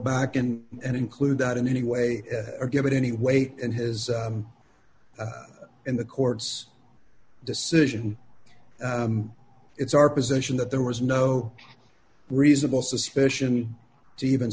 back in and include that in any way or give it any weight and his in the court's decision it's our position that there was no reasonable suspicion to even